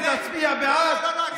ותצביע בעד,